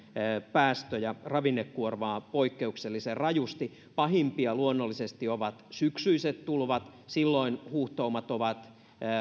päästöjä ravinnekuormaa poikkeuksellisen rajusti pahimpia luonnollisesti ovat syksyiset tulvat silloin huuhtoumat ovat